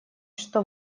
что